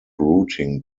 routing